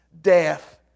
death